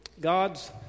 God's